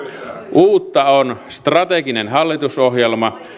uutta on strateginen hallitusohjelma